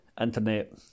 internet